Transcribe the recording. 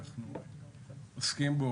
אנחנו עוסקים בו,